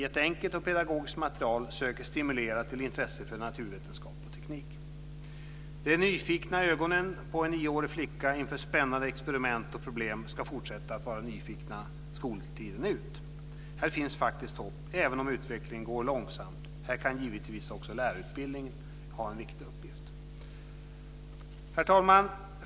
Ett enkelt och pedagogiskt material söker stimulera till intresse för naturvetenskap och teknik. De nyfikna ögonen på en nioårig flicka inför spännande experiment och problem ska fortsätta att vara nyfikna skoltiden ut. Här finns faktiskt hopp, även om utvecklingen går långsamt. Här kan givetvis också lärarutbildningen ha en viktig uppgift. Herr talman!